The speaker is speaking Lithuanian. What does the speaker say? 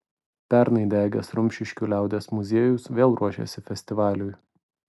pernai degęs rumšiškių liaudies muziejus vėl ruošiasi festivaliui